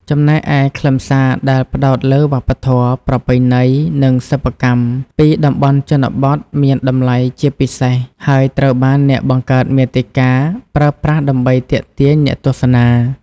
ចំណែកឯខ្លឹមសារដែលផ្តោតលើ វប្បធម៌ ប្រពៃណី និងសិប្បកម្ម ពីតំបន់ជនបទមានតម្លៃជាពិសេស ហើយត្រូវបានអ្នកបង្កើតមាតិកាប្រើប្រាស់ដើម្បីទាក់ទាញអ្នកទស្សនា។